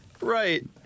right